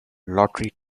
lottery